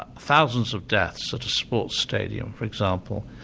ah thousands of deaths at a sports stadium for example,